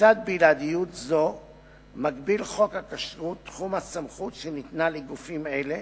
בצד בלעדיות זו מגביל חוק הכשרות את תחום הסמכות שניתנה לגופים אלה